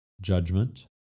judgment